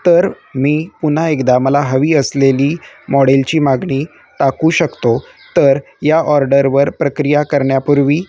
तर मी पुन्हा एकदा मला हवी असलेली मॉडेलची मागणी टाकू शकतो तर या ऑर्डरवर प्रक्रिया करण्यापूर्वी